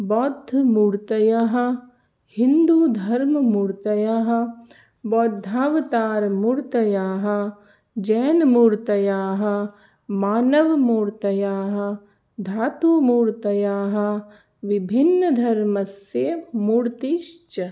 बौद्धमूर्तयः हिन्दुधर्ममूर्तयः बौद्धावतारमूर्तयः जैनमूर्तयः मानवमूर्तयः धातुमूर्तयः विभिन्नधर्मस्य मूर्तिश्च